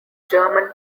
german